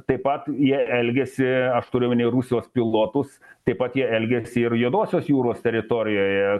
taip pat jie elgiasi aš turiu omeny rusijos pilotus taip pat jie elgiasi ir juodosios jūros teritorijoje